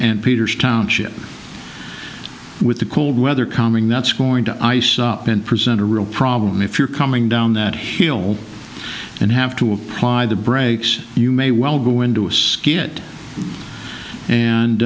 and peters township with the cold weather coming that's going to ice up and present a real problem if you're coming down that hill and have to apply the brakes you may well go into a skit and